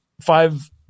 five